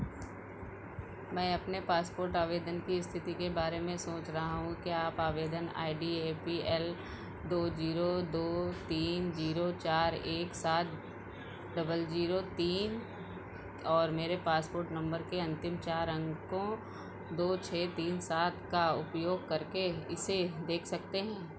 मैं अपने पासपोर्ट आवेदन की स्थिति के बारे में सोच रहा हूँ क्या आप आवेदन I D A P L दो जीरो दो तीन जीरो चार एक सात डबल जीरो तीन और मेरे पासपोर्ट नंबर के अंतिम चार अंकों दो छः तीन सात का उपयोग करके इसे देख सकते हैं